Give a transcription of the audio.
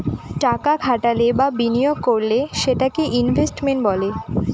টাকা খাটালে বা বিনিয়োগ করলে সেটাকে ইনভেস্টমেন্ট বলে